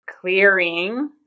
clearing